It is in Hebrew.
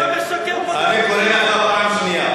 אתה משקר, אני קורא לך פעם שנייה.